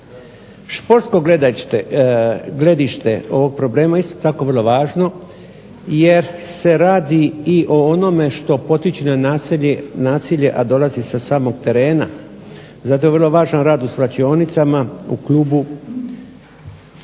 Športsko gledište ovog problema je isto tako vrlo važno jer se radi i o onome što potiče na nasilje, a dolazi sa samog terena. Zato je vrlo važan rad u svlačionicama, u klubu.